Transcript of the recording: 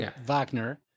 Wagner